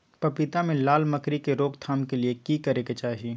पपीता मे लाल मकरी के रोक थाम के लिये की करै के चाही?